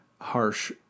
harsh